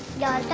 gosh.